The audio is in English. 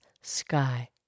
sky